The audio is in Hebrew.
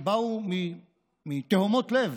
שבאו מתהומות לב